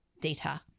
data